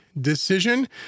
decision